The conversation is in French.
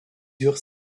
eurent